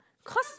cause